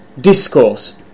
discourse